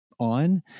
On